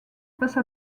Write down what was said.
passe